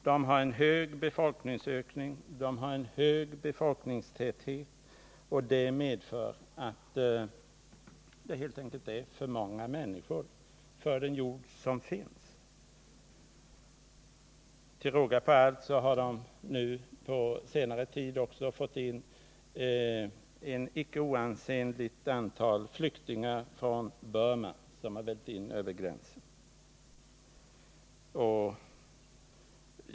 Man har där en stor befolkningsökning och en stor befolkningstäthet, och det medför att det helt enkelt är för många människor för den jord som finns. Till råga på allt har man på senare tid också fått ett icke oansenligt antal flyktingar från Burma, som har vällt in över gränsen.